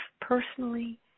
personally